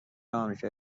آمریکای